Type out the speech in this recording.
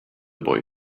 boy